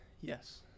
Yes